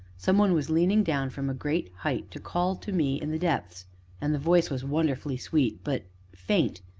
some one was leaning down from a great height to call to me in the depths and the voice was wonderfully sweet, but faint,